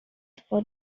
for